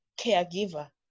caregiver